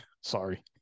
Sorry